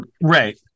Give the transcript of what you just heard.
Right